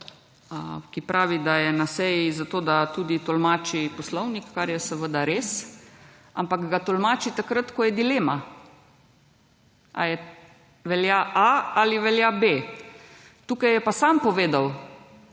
ki pravi, da je na seji zato, da tudi tolmači Poslovnik, kar je seveda res, ampak ga tolmači takrat, ko je dilema. Ali velja A ali velja B? Tukaj je pa sam povedal,